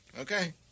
Okay